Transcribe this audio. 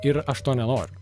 ir aš to nenoriu